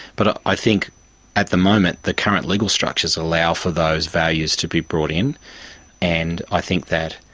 but ah i think at the moment the current legal structures allow for those values to be brought in and i think that